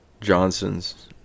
Johnson's